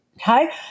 Okay